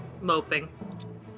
moping